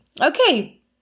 Okay